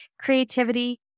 creativity